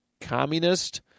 communist